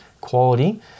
quality